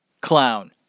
clown